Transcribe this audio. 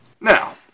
Now